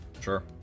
Sure